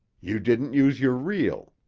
you didn't use your reel.